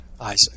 Isaac